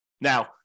Now